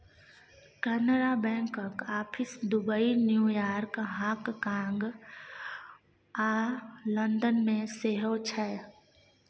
कैनरा बैंकक office Dubai, New York, हाँगकाँग आ लंदन मे सेहो छै